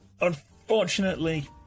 unfortunately